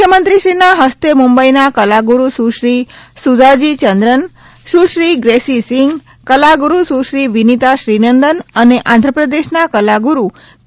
મુખ્યમંત્રીના હસ્તે મુંબઇના કલાગુરુ સુશ્રી સુદ્યાજી ચંદ્રન સુશ્રી ગ્રેસીસીંઘ કલાગુરૂ સુશ્રી વિનીતા શ્રીનંદન અને આંધપ્રદેશના કલાગુરૂ કે